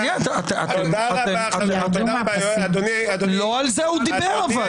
אבל לא על זה הוא דיבר.